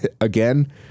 again